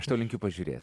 aš tau linkiu pažiūrėt